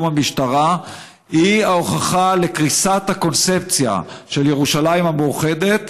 המשטרה היא ההוכחה לקריסת הקונספציה של ירושלים המאוחדת,